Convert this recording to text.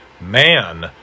man